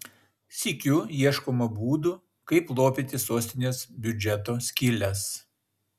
sykiu ieškoma būdų kaip lopyti sostinės biudžeto skyles